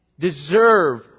Deserve